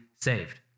saved